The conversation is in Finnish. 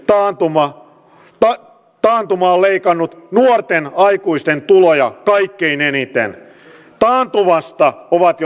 taantuma taantuma on leikannut nuorten aikuisten tuloja kaikkein eniten taantumasta ovat